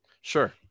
Sure